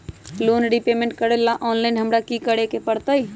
Loan repayment करेला online हमरा की करे के परतई?